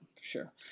sure